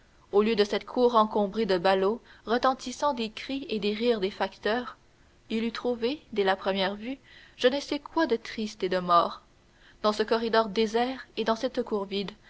au lieu de cette cour encombrée de ballots retentissant des cris et des rires des facteurs il eût trouvé dès la première vue je ne sais quoi de triste et de mort dans ce corridor désert et dans cette cour vide